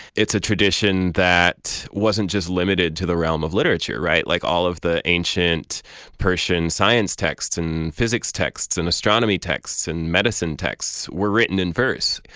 it's a tradition that wasn't just limited to the realm of literature, right? like, all of the ancient persian science texts and physics texts and astronomy texts and medicine texts were written in verse.